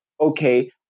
okay